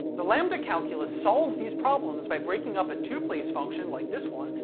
the lambda calculus solves these problems by breaking up a two-place function, like this one,